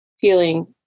feeling